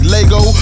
Lego